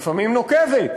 לפעמים נוקבת,